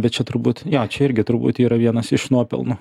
bet čia turbūt jo čia irgi turbūt yra vienas iš nuopelnų